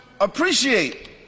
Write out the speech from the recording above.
appreciate